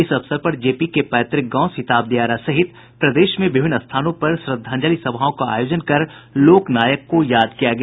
इस अवसर पर जेपी के पैतृक गांव सिताब दियारा सहित प्रदेश में विभिन्न स्थानों पर श्रद्धांजलि सभाओं का आयोजन कर लोक नायक को याद किया गया